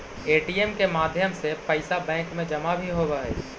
ATM के माध्यम से पैइसा बैंक में जमा भी होवऽ हइ